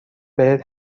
بهت